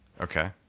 Okay